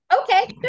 Okay